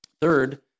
Third